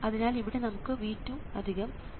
അതിനാൽ ഇവിടെ നമുക്ക് V2 V2 Vout ഉണ്ട്